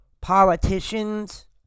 politicians